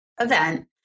event